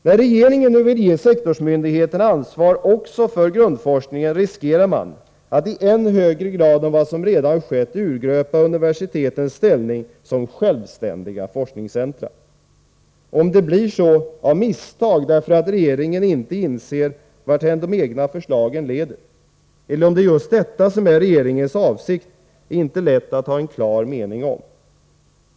När regeringen nu vill ge sektorsmyndigheterna ansvar också för grundforskningen riskerar man att i än högre grad än vad som redan skett urgröpa universitetens ställning som självständiga forskningscentra. Om det blir så av misstag därför att regeringen inte inser varthän de egna förslagen leder, eller om det är just detta som är regeringens avsikt är inte lätt att ha en klar mening om.